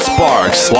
Sparks